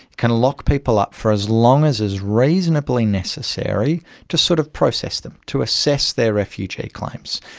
can lock people up for as long as is reasonably necessary to sort of process them, to assess their refugee claims.